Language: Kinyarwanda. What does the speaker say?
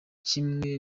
kimwe